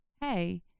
hey